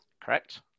Correct